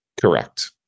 correct